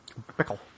Bickle